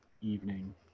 evening